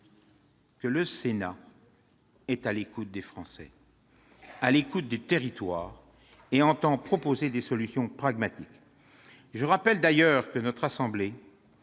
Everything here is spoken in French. que le Sénat est à l'écoute des Français, à l'écoute des territoires et entend proposer des solutions pragmatiques. Absolument ! Je rappelle d'ailleurs que notre assemblée